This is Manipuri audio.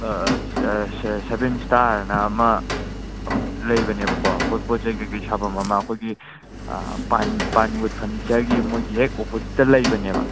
ꯁꯕꯦꯟ ꯏꯁꯇꯥꯔꯑꯅ ꯑꯃ ꯑꯝ ꯂꯩꯕꯅꯦꯕꯀꯣ ꯄꯣꯠ ꯆꯩ ꯀꯩꯀꯩ ꯁꯥꯕꯝ ꯑꯃ ꯑꯩꯈꯣꯏꯒꯤ ꯄꯥꯏꯟ ꯋꯨꯠ ꯐꯔꯅꯤꯆꯔꯒꯤ ꯃꯣꯏꯒꯤ ꯍꯦꯛ ꯑꯣꯄꯣꯖꯤꯠꯇ ꯂꯩꯕꯅꯦꯕ